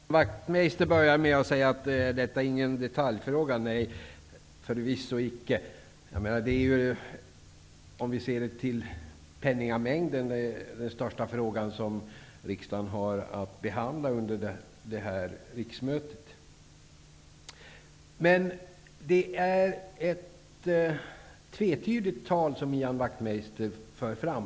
Herr talman! Ian Wachtmeister började med att säga att detta inte är någon detaljfråga. Nej, förvisso icke. Om vi ser till penningmängden, är det den största fråga som riksdagen har att behandla under detta riksmöte. Ian Wachtmeister för fram ett tvetydigt tal.